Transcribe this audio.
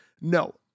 no